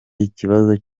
ikibazo